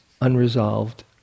unresolved